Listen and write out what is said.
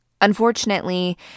Unfortunately